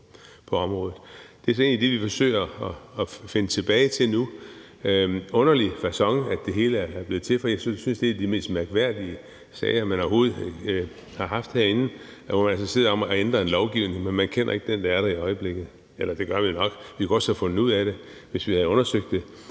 Det er så egentlig det, vi forsøger at finde tilbage til nu. Det er en underlig facon, det hele er blevet til på, for jeg synes, det er en af de mest mærkværdige sager, vi overhovedet har haft herinde, hvor man er interesseret i at ændre en lovgivning, men man kender ikke den, der er der i øjeblikket – eller det gør vi jo nok. Vi kunne også have fundet ud af det, hvis vi havde undersøgt det,